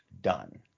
done